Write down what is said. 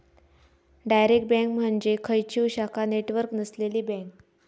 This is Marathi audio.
डायरेक्ट बँक म्हणजे खंयचीव शाखा नेटवर्क नसलेली बँक